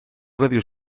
radio